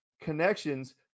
connections